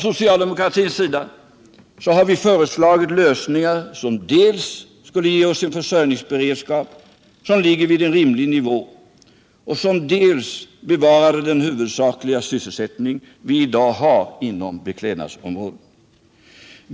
Socialdemokraterna har föreslagit lösningar som dels skulle ge oss en försörjningsberedskap vid en rimlig nivå, dels skulle bevara den huvudsakliga sysselsättning vi i dag har inom beklädnadsområdet.